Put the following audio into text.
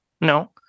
No